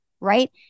right